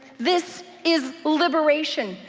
this is liberation,